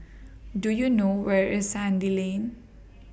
Do YOU know Where IS Sandy Lane